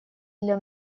для